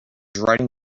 writing